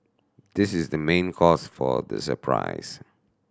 this is the main cause for the surprise